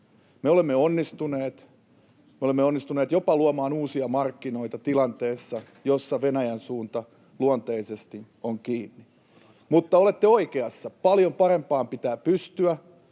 Me olemme onnistuneet jopa luomaan uusia markkinoita tilanteessa, jossa Venäjän suunta luonnollisesti on kiinni. Mutta olette oikeassa: paljon parempaan pitää pystyä.